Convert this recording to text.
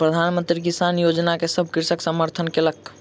प्रधान मंत्री किसान योजना के सभ कृषक समर्थन कयलक